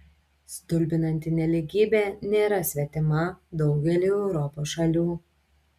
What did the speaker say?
stulbinanti nelygybė nėra svetima daugeliui europos šalių